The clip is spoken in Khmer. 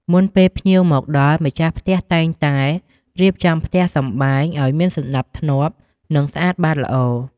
មុនពេលភ្ញៀវមកដល់ ម្ចាស់ផ្ទះតែងតែរៀបចំផ្ទះសម្បែងឱ្យមានសណ្ដាប់ធ្នាប់ និងស្អាតបាតល្អ។